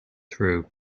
through